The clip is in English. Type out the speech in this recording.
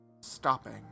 stopping